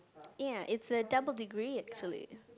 ya it's a double degree actually